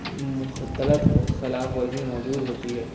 مختلط خلاف ورزی موجود ہوتی ہے